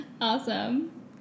awesome